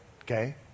okay